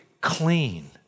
clean